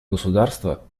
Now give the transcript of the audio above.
государства